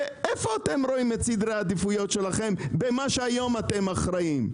איפה אתם רואים את סדרי העדיפויות שלכם במה שהיום אתם אחראים?